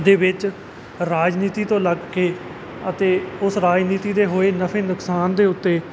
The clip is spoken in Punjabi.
ਦੇ ਵਿੱਚ ਰਾਜਨੀਤੀ ਤੋਂ ਲੱਗ ਕੇ ਅਤੇ ਉਸ ਰਾਜਨੀਤੀ ਦੇ ਹੋਏ ਨਫੇ ਨੁਕਸਾਨ ਦੇ ਉੱਤੇ